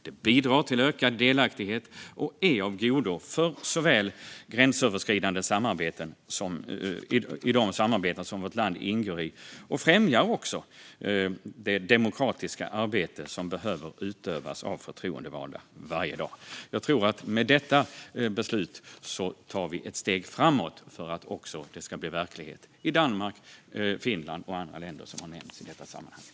Det bidrar till ökad delaktighet och är av godo för såväl gränsöverskridande samarbeten som de samarbeten vårt land ingår i. Det främjar också det demokratiska arbete som behöver utföras av förtroendevalda varje dag. Jag tror att vi med detta beslut tar ett steg framåt för att det ska bli verklighet även i Danmark, Finland och andra länder som har nämnts i detta sammanhang.